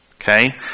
Okay